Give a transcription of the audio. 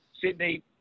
Sydney